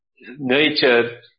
nature